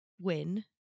win